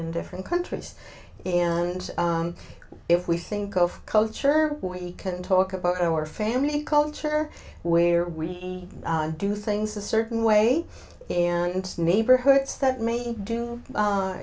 in different countries and if we think of culture we can talk about our family culture where we do things a certain way and neighborhoods that me do